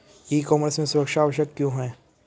ई commerce में सुरक्षा आवश्यक क्यों है?